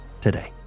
today